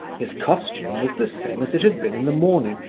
his costume was the same as it had been in the morning,